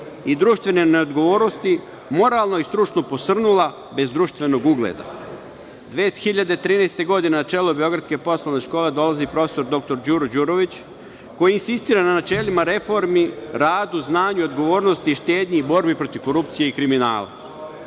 i društvene neodgovornosti, moralno i stručno posrnula, bez društvenog ugleda. Godine 2013. na čelo Beogradske poslovne škole dolazi profesor dr. Đuro Đurović, koji insistira na načelima reformi, radu, znanju, odgovornosti, štednji i borbi protiv korupcije i kriminala.U